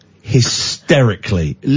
hysterically